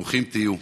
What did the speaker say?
ברוכים תהיו.